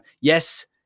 Yes